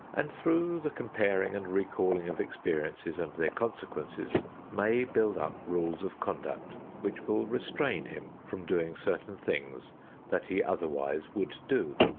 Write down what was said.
and through the comparing and recalling of experiences and their consequences may build up rules of conduct which will restrain him from doing certain things that he otherwise would do.